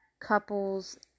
couple's